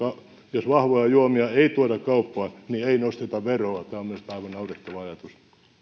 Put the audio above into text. jos vahvoja juomia ei tuoda kauppaan niin ei nosteta veroa tämä on minusta aivan naurettava ajatus